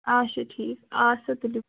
اَچھا ٹھیٖک اَدٕ سا تُلِو